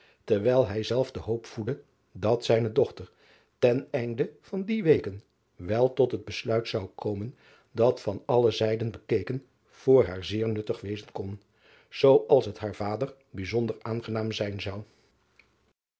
terwijl hij zelf de hoop voedde dat zijne dochter ten einde van die weken wel tot het besluit zou komen dat van alle zijden bekeken voor haar zeer nuttig wezen kon zoo als het haar vader bijzonder aangenaam zijn zou